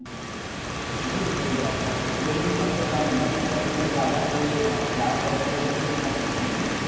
जी जी जी जी चल जाएगा यही सबसे कम है ना इसमें ज़्यादा कोई ब्याज वगैरह तो नहीं देना पड़ेगा ना मुझे